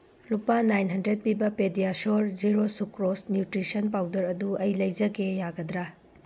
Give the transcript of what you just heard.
ꯂꯨꯄꯥ nine hundred ꯄꯤꯕ PediaSure zero sucrose nutrition powder ꯑꯗꯨ ꯑꯩ ꯂꯩꯖꯒꯦ ꯌꯥꯒꯗ꯭ꯔꯥ